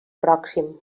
pròxim